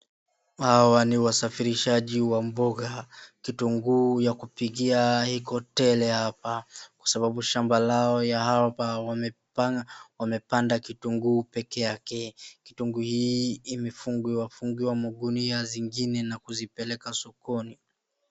Hawa ni wasafirishaji wa mboga. Kitunguu ya kupikia kwa hoteli hapa, kwa sababu shamba lao ya hapa wamepanda kitunguu pekee yake. Kitunguu hii imefungiwa fungiwa magunia zingine na kuzipeleka sokoni.